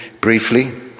briefly